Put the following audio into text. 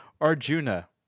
Arjuna